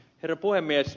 herra puhemies